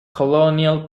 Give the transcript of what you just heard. colonial